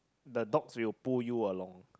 the dogs will pull you along